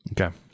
Okay